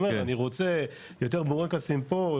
אני רוצה יותר בורקסים פה,